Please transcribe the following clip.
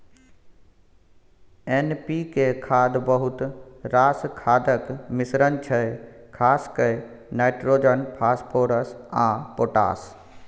NPK खाद बहुत रास खादक मिश्रण छै खास कए नाइट्रोजन, फास्फोरस आ पोटाश